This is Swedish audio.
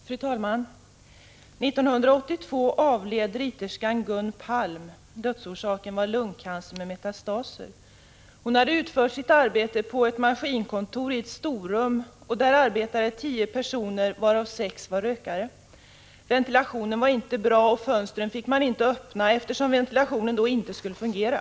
Fru talman! 1982 avled riterskan Gun Palm. Dödsorsaken var lungcancer med metastaser. Hon hade utfört sitt arbete på maskinkontoret i ett storrum. Där arbetade tio personer, varav sex var rökare. Ventilationen var inte bra, och fönstren fick inte öppnas eftersom ventilationen då inte skulle fungera.